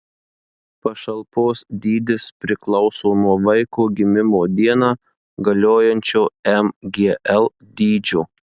pašalpos dydis priklauso nuo vaiko gimimo dieną galiojančio mgl dydžio